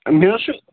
مےٚ حظ چھُ